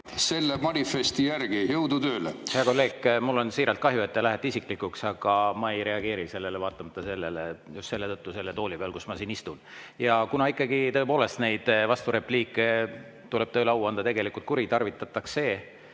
selle manifesti järgi. Jõudu tööle!